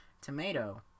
Tomato